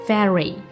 Ferry